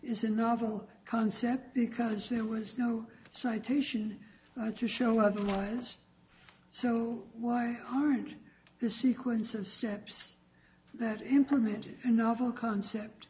is a novel concept because there was no citation to show of this so why aren't the sequence of steps that implemented a novel concept